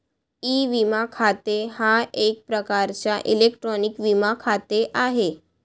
E विमा खाते हा एक प्रकारचा इलेक्ट्रॉनिक विमा खाते आहे